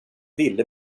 ville